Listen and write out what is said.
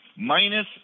minus